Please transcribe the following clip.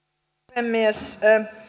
puhemies